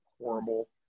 horrible